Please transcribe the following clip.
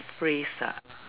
phrase ah